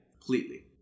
completely